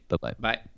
Bye-bye